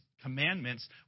commandments